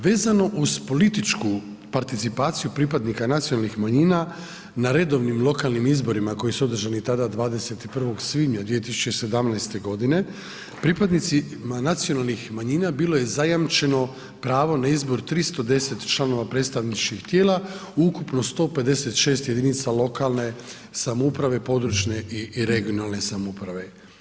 Vezano uz političku participaciju pripadnika nacionalnih manjina na redovnim lokalnim izborima koji su održani tada 21. svibnja 2017. godine pripadnicima nacionalnih manjina bilo je zajamčeno pravo na izbor 310 članova predstavničkih tijela u ukupno 156 jedinica lokalne samouprave, područne i regionalne samouprave.